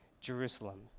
Jerusalem